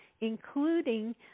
including